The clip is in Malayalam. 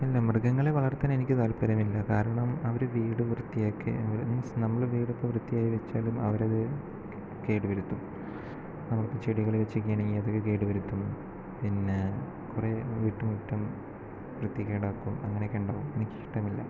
മൃഗങ്ങളെ വളർത്താൻ എനിക്ക് താല്പര്യമില്ല കാരണം അവര് വീട് വൃത്തിയാക്കി മീൻസ് നമ്മള് വീടിപ്പോൾ വൃത്തിയായി വെച്ചാലും അവരത് കേടു വരുത്തും നമ്മളിപ്പോൾ ചെടികള് വച്ചേക്കാണെങ്കിൽ അവരത് കേടുവരുത്തും പിന്നെ കുറേ വീട്ടു മുറ്റം ഭിത്തി കേടാക്കും അങ്ങനെയെക്കെ ഉണ്ടാകും എനിക്കിഷ്ടമില്ല